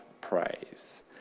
praise